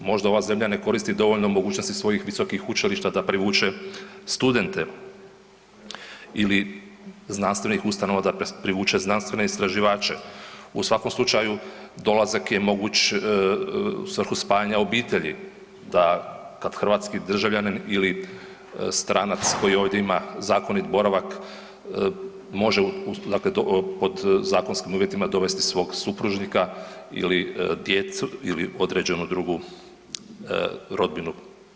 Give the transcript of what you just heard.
Možda ova zemlja ne koristi dovoljno mogućnosti svojih visokih učilišta da privuče studente ili znanstvenih ustanova da privuče znanstvene istraživače, u svakom slučaju dolazak je moguć u svrhu spajanja obitelji, da, kad hrvatski državljanin ili stranac koji ovdje ima zakonit boravak, može dakle to pod zakonskim uvjetima dovesti svog supružnika ili djecu ili određenu drugu rodbinu.